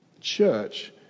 church